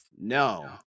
No